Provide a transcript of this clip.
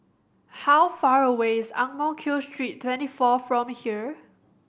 how far away is Ang Mo Kio Street Twenty four from here